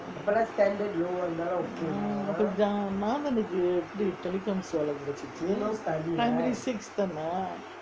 naathan னுக்கு எப்டி:nukku epdi telecommunications லே வேலே கெடச்சிச்சு:lae velae kedachuchu primary six தானே:thaanae